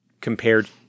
compared